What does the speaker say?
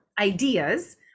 ideas